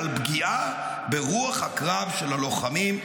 על פגיעה ברוח הקרב של הלוחמים.